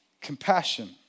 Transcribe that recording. compassion